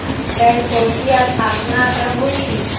बैंकों की स्थापना कब हुई?